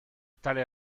tale